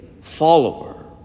follower